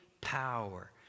power